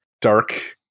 dark